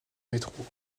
métro